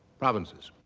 provinces.